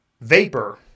vapor